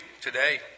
today